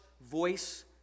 voice